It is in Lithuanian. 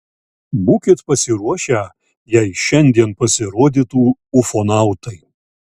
būkit pasiruošę jei šiandien pasirodytų ufonautai